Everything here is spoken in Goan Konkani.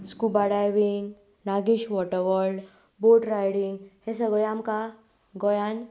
scuba diving Nagesh water world boat riding हें सगळें आमकां गोंयान